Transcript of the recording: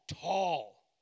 tall